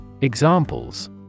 Examples